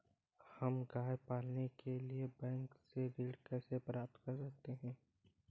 हम गाय पालने के लिए बैंक से ऋण कैसे प्राप्त कर सकते हैं?